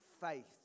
faith